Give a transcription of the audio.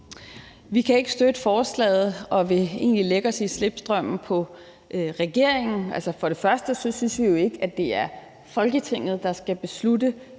Vi kan ikke støtte forslaget og vil egentlig lægge os i slipstrømmen af regeringen. For det første synes vi jo ikke, at det er Folketinget, der skal beslutte,